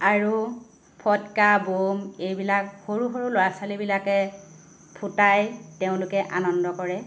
আৰু ফটকা ব'ম এইবিলাক সৰু সৰু ল'ৰা ছোৱালীবিলাকে ফুটাই তেওঁলোকে আনন্দ কৰে